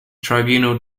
tribunal